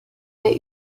der